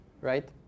right